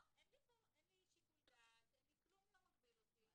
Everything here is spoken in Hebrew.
לא, אין לי שיקול דעת, כלום לא מגביל אותי.